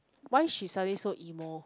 why she suddenly so emo